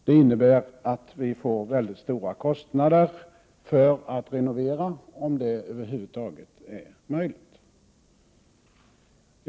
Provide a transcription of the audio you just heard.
Det innebär att vi får väldigt stora kostnader för att renovera, om det över huvud taget är möjligt.